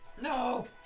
No